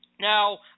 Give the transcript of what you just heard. Now